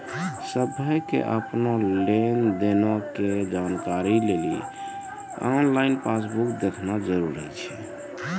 सभ्भे के अपनो लेन देनो के जानकारी लेली आनलाइन पासबुक देखना जरुरी छै